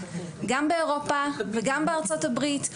גם באירופה וגם בארצות הברית.